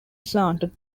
slanted